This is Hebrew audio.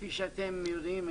כפי שאתם יודעים,